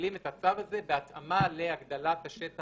מחילים את הצו הזה בהתאמה להגדלת השטח